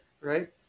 right